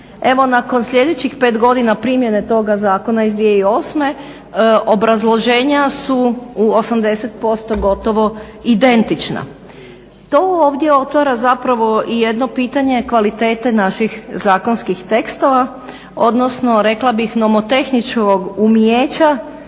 Evo nakon sljedećih 5 godina primjene toga zakona iz 2008. obrazloženja su u 80% gotovo identična. To ovdje otvara zapravo i jedno pitanje kvalitete naših zakonskih tekstova, odnosno rekla bih nomotehničkog umijeća